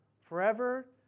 forever